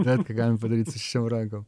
dar galim padaryt šešiom rankom